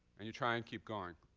and you try and keep going,